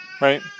right